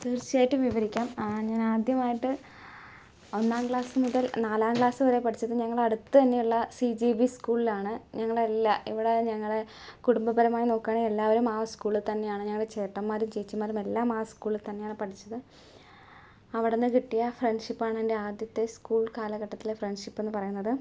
തീർച്ചയായിട്ടും വിവരിക്കാം ഞാനാദ്യമായിട്ട് ഒന്നാം ക്ലാസ്സ് മുതൽ നാലാം ക്ലാസ് വരെ പഠിച്ചത് ഞങ്ങളുടെ അടുത്ത് തന്നെയുള്ള സി ജി ബി സ്കൂളിലാണ് ഞങ്ങളുടെ എല്ലാ ഇവിടെ ഞങ്ങളുടെ കുടുംബപരമായി നോക്കുവാണേൽ എല്ലാവരും ആ സ്കൂളിൽ തന്നെയാണ് ഞങ്ങളുടെ ചേട്ടമ്മാരും ചേച്ചിമ്മാരും എല്ലാം ആ സ്കൂളിൽ തന്നെയാണ് പഠിച്ചത് അവടന്ന് കിട്ടിയ ഫ്രണ്ട്ഷിപ്പാണെൻ്റെ ആദ്യത്തെ സ്കൂൾ കാലഘട്ടത്തിലെ ഫ്രണ്ട്ഷിപ്പെന്ന് പറയുന്നത്